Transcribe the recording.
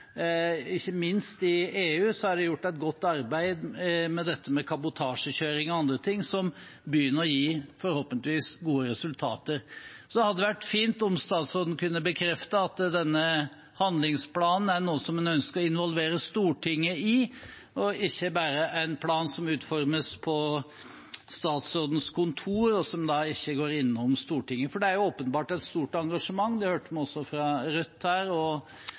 ikke minst i EU er det gjort et godt arbeid med kabotasjekjøring og andre ting, som begynner å gi, forhåpentligvis, gode resultater. Det hadde vært fint om statsråden kunne bekrefte at denne handlingsplanen er noe han ønsker å involvere Stortinget i, og ikke bare en plan som utformes på statsrådens kontor, og som ikke går innom Stortinget. Det er åpenbart et stort engasjement, det hørte vi også fra Rødt og SV her,